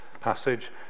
passage